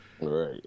right